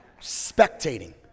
spectating